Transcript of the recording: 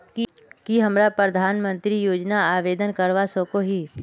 की हमरा प्रधानमंत्री योजना आवेदन करवा सकोही?